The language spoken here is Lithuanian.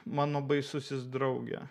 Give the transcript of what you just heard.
mano baisusis drauge